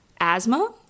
asthma